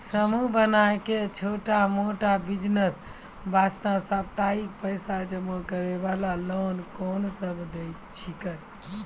समूह बनाय के छोटा मोटा बिज़नेस वास्ते साप्ताहिक पैसा जमा करे वाला लोन कोंन सब छीके?